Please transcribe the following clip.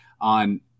on